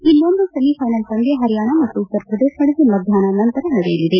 ಇನ್ನೊಂದು ಸೆಮಿಫ್ಟೆನಲ್ ಪಂದ್ಯ ಪರಿಯಾಣ ಮತ್ತು ಉತ್ತರ ಪ್ರದೇಶ ನಡುವೆ ಮಧ್ಯಾಹ್ನದ ನಂತರ ನಡೆಯಲಿದೆ